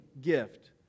gift